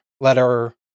letter